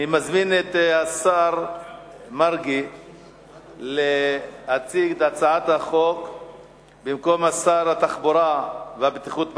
אני מזמין את השר מרגי להציג במקום שר התחבורה והבטיחות בדרכים,